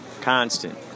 Constant